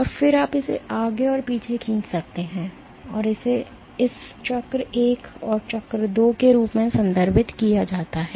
और फिर आप इसे आगे और पीछे खींच सकते हैं और इसे इस चक्र 1 और चक्र 2 के रूप में संदर्भित किया जाता है